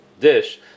dish